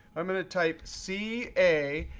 i'm going to type c a.